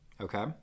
Okay